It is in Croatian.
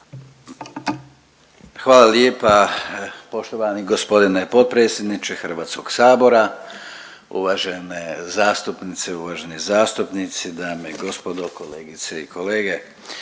Gordan (HDZ)** Poštovani gospodine potpredsjedniče Hrvatskog sabora, uvažene zastupnice, uvaženi zastupnici, dame i gospodo, kolegice i kolege.